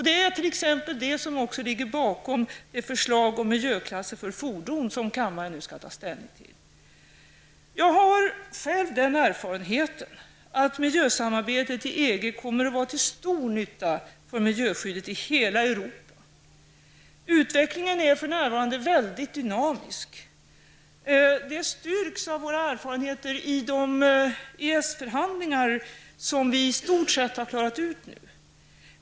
Det är t.ex. det som ligger bakom det förslag om miljöklasser för fordon som kammaren nu skall ta ställning till. Jag har själv den erfarenheten att miljösamarbetet i EG kommer att vara till stor nytta för miljöskyddet i hela Europa. Utvecklingen är för närvarande väldigt dynamisk. Det styrks av våra erfarenheter av EEC-förhandlingarna, som vi i stort sett nu klarat ut.